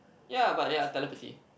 ya but ya telepathy